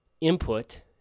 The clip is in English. input